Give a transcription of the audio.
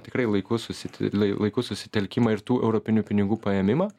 tikrai laiku susiti l laiku susitelkimą ir tų europinių pinigų paėmimą